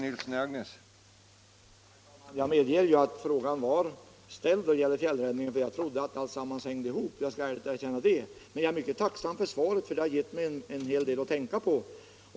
Herr talman! Min fråga var ställd så att den gällde fjällräddningen, för jag trodde att alltsammans hängde ihop — det skall jag ärligt erkänna. Men jag är mycket tacksam för svaret — det har gett mig en hel del att tänka på.